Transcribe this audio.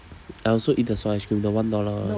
I also eat the soy ice cream the one dollar [one]